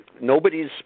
nobody's